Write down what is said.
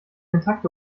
intakte